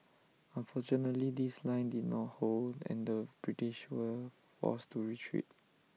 unfortunately this line did not hold and the British were forced to retreat